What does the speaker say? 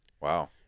Wow